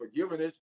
forgiveness